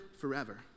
forever